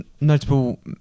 notable